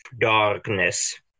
darkness